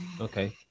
okay